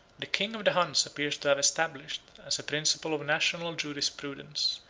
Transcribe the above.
the king of the huns appears to have established, as a principle of national jurisprudence,